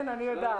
כן, אני יודעת.